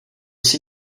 jsi